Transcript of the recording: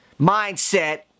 Mindset